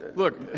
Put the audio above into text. look,